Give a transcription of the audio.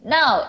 Now